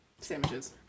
Sandwiches